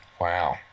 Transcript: Wow